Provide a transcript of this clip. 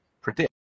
predict